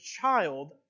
child